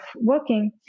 working